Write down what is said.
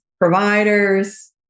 providers